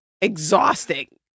exhausting